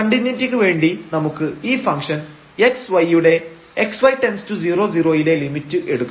കണ്ടിന്യൂയിറ്റിക്ക് വേണ്ടി നമുക്ക് ഈ ഫംഗ്ഷൻx y യുടെ xy→0 0 ലെ ലിമിറ്റ് എടുക്കണം